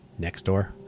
Nextdoor